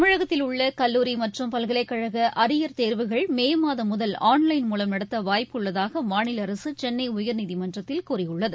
தமிழகத்தில் உள்ள கல்லூரி மற்றும் பல்கலைக்கழக அரியா் தோ்வுகள் மே மாதம் முதல் ஆன்லைன் மூலம் நடத்த வாய்ப்பு உள்ளதாக மாநில அரசு சென்னை உயர்நீதிமன்றத்தில் கூறிய்ளளது